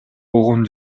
болгон